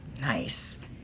Nice